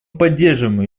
поддерживаем